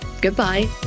Goodbye